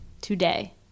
today